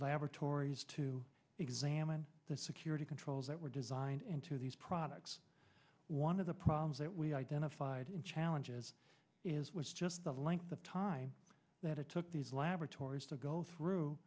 laboratories to examine the security controls that were designed into these products one of the problems that we identified in challenges is was just the length of time that it took these laboratories to go through